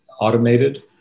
automated